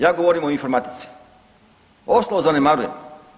Ja govorim o informatici, ostalo zanemarujem.